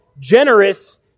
generous